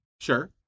Sure